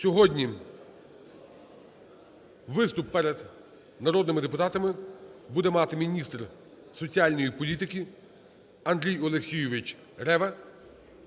Сьогодні виступ перед народними депутатами буде мати міністр соціальної політики Андрій Олексійович Рева